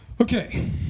Okay